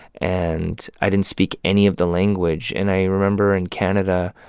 and i didn't speak any of the language. and i remember in canada,